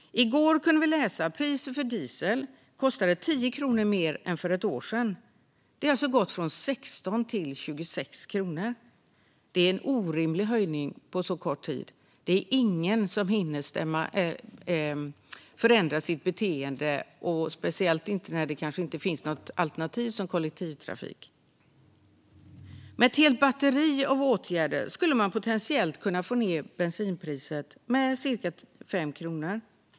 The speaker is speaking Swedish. I går kunde vi läsa att priset för diesel är 10 kronor högre än för ett år sedan. Det har alltså gått från 16 till 26 kronor. Det är en orimlig höjning på så kort tid. Det är ingen som hinner förändra sitt beteende, speciellt inte när det kanske inte finns något alternativ, som kollektivtrafik. Med ett helt batteri av åtgärder skulle man potentiellt kunna få ned priset med cirka 5 kronor.